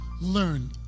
learn